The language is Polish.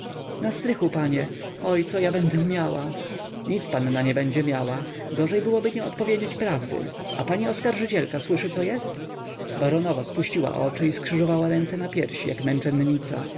na strychu panie oj co ja będę miała nic panna nie będzie miała gorzej byłoby nie odpowiedzieć prawdy a pani oskarżycielka słyszy co jest baronowa spuściła oczy i skrzyżowała ręce na piersi jak męczennica